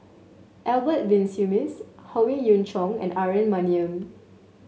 Albert Winsemius Howe Yoon Chong and Aaron Maniam